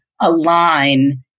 align